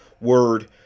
word